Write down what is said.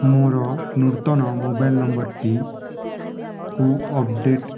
ମୋର ନୂତନ ମୋବାଇଲ ନମ୍ବରଟି କୁ ଅପଡ଼େଟ୍